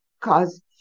cause